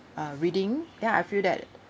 uh reading then I feel that